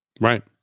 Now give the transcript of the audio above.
right